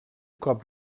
cop